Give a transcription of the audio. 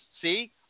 see